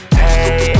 hey